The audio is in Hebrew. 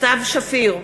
סתיו שפיר,